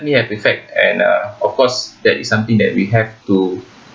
definitely have effect and uh of course that is something that we have to